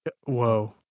Whoa